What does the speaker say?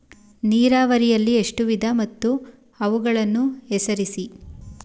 ನೀರಾವರಿಯಲ್ಲಿ ಎಷ್ಟು ವಿಧ ಮತ್ತು ಅವುಗಳನ್ನು ಹೆಸರಿಸಿ?